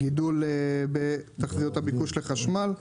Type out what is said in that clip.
גידול בתחזיות הביקוש לחשמל,